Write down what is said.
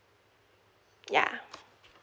yeah